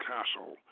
Castle